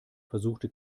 versuchte